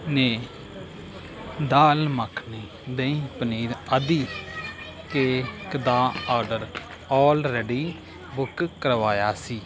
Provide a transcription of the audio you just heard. ਨੇ ਦਾਲ ਮਖਣੀ ਦਹੀਂ ਪਨੀਰ ਆਦਿ ਕੇਕ ਦਾ ਆਰਡਰ ਆਲ ਰੈਡੀ ਬੁੱਕ ਕਰਵਾਇਆ ਸੀ